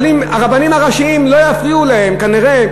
אבל אם הרבנים הראשיים לא יפריעו להם כנראה